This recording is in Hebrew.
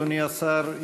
אדוני השר,